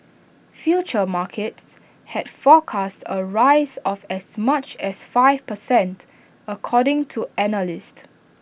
futures markets had forecast A rise of as much as five per cent according to analysts